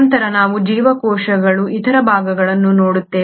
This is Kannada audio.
ನಂತರ ನಾವು ಜೀವಕೋಶಗಳ ಇತರ ಭಾಗಗಳನ್ನು ನೋಡುತ್ತೇವೆ